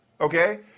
Okay